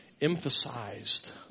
emphasized